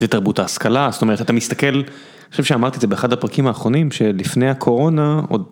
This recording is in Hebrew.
זה תרבות ההשכלה, זאת אומרת, אתה מסתכל, אני חושב שאמרתי את זה באחד הפרקים האחרונים, שלפני הקורונה...